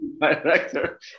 director